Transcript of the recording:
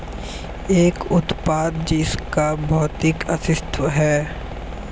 एक उत्पाद जिसका भौतिक अस्तित्व है?